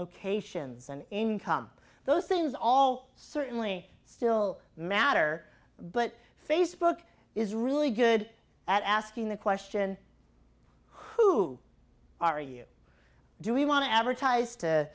locations and income those things all certainly still matter but facebook is really good at asking the question who are you do we want to advertise to